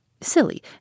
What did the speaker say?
Silly